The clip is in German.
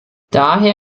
daher